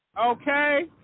okay